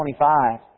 25